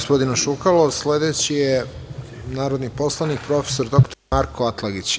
Sledeći je narodni poslanik prof. dr Marko Atlagić.